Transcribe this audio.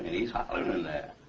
and he's hollering in there.